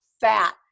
fat